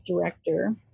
director